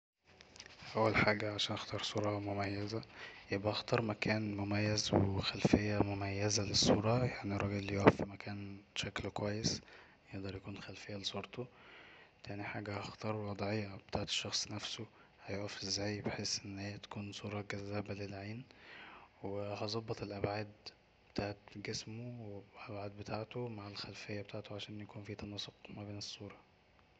اول حاجه عشان اختار صوره مميزه يبقي اختار مكان مميز وخلفيه مميزه للصورة يعني الراجل يقف في مكان شكله كويس يقدر يكون خلفية لصورته, تاني حاجه هختار وضعية بتاعة الشخص نفسه هيقف ازاي بحيث ان هي تكون صورة جذابة للعين وهظبط الابعاد بتاعة جسمه والابعاد بتاعته مع الخلفيه بتاعته عشان يكون في تناسق بين الصورة